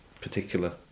particular